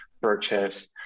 purchase